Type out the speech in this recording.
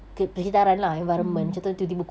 mm